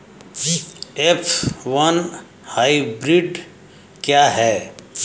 F one hybrid क्या है?